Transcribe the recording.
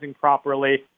properly